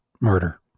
murder